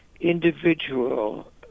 individual